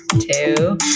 two